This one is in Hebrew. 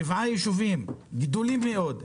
שבעה ישובים גדולים מאוד,